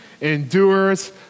endures